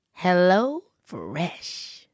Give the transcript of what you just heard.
HelloFresh